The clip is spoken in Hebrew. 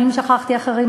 ואם שכחתי אחרים,